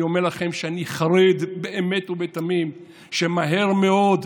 אני אומר לכם שאני חרד באמת ובתמים שמהר מאוד,